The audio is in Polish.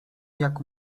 jak